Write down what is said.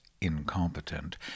incompetent